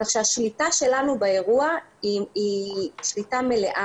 כך שהשליטה שלנו באירוע היא שליטה מלאה.